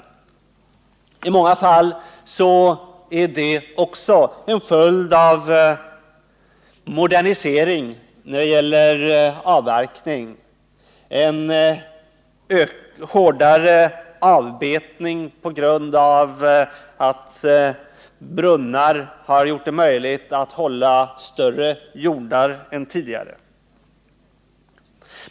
Vidare har skogsavverkningen moderniserats, avbetningen blivit hårdare och hjordarna blivit större tack vare brunnar.